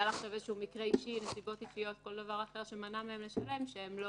אין לנו שום רצון שהם ייפלטו מהסדר ויפסיקו לשלם בכלל.